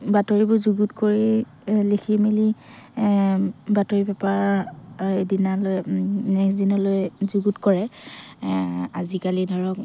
বাতৰিবোৰ যুগুত কৰি লিখি মেলি বাতৰি পেপাৰ এদিনা লৈ নেক্সট দিনালৈ যুগুত কৰে আজিকালি ধৰক